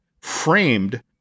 framed